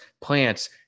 plants